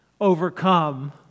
overcome